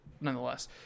nonetheless